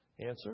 Answer